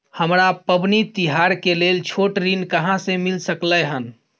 हमरा पबनी तिहार के लेल छोट ऋण कहाँ से मिल सकलय हन?